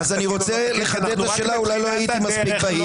כי אנחנו רק בתחילת הדרך.